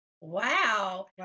wow